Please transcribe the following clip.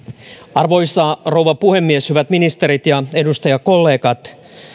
arvoisa rouva puhemies hyvät ministerit ja edustajakollegat